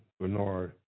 Bernard